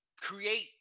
create